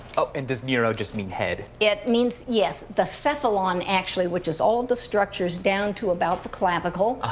and does neuro just mean head? it means yes, the cephalon actually, which is all the structures down to about the clavicle.